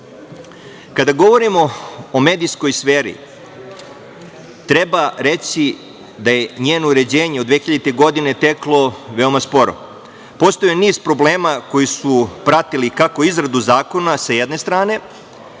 govorimo o medijskoj sferi, treba reći da je njeno uređenje od 2000. godine teklo veoma sporo. Postoje niz problema koji su pratili kako izradu zakona sa jedne strane,